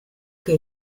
que